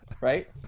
right